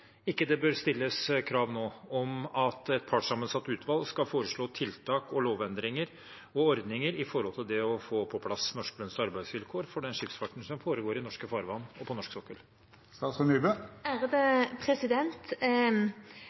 ikke bør stilles krav nå om at et partssammensatt utvalg skal foreslå tiltak, lovendringer og ordninger når det gjelder å få på plass norske lønns- og arbeidsvilkår for den skipsfarten som foregår i norske farvann og på norsk sokkel?